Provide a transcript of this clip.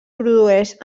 produeix